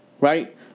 Right